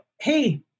hey